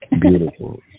Beautiful